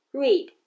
read